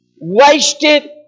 wasted